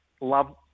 love